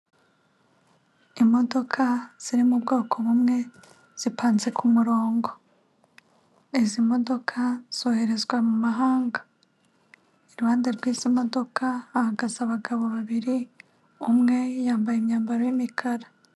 Imodoka ziri mu ubwoko bumwe zipanze ku murongo, izi modoka zoherezwa mu mahanga iruhande rw'izi modoka hahagaze abagabo babiri umwe yambaye imyambaro y'imikara.